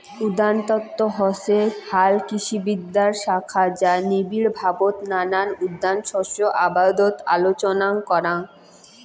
উদ্যানতত্ত্ব হসে হালকৃষিবিদ্যার শাখা যা নিবিড়ভাবত নানান উদ্যান শস্য আবাদত আলোচনা করাং